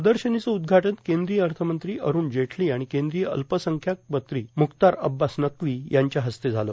प्रदशनीचं उद्घाटन कद्रीय अथमंत्री अरूण जेटला आणि कद्रीय अल्पसंख्याक मंत्री मुख्तार अब्बास नक्वी यांच्या हस्ते झालं